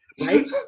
Right